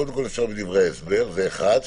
אפשר בדברי ההסבר, זה אחד.